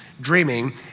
dreaming